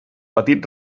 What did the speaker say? petit